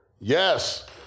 Yes